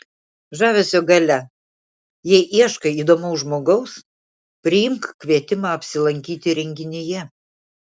žavesio galia jei ieškai įdomaus žmogaus priimk kvietimą apsilankyti renginyje